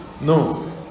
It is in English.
No